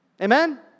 Amen